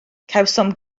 cawsom